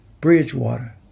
Bridgewater